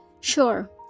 Sure